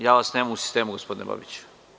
Ja vas nemam u sistemu, gospodine Babiću.